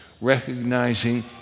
recognizing